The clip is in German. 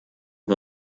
wir